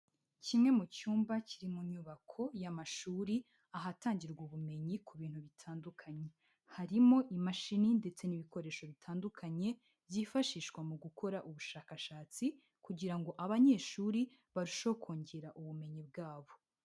Kimwe mu cyumba kiri mu nyubako y'amashuri, ahatangirwa ubumenyi ku bintu bitandukanye. Harimo imashini ndetse n'ibikoresho bitandukanye byifashishwa mu gukora ubushakashatsi kugira ngo abanyeshuri barusheho kongera ubumenyi bwabo.